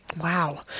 Wow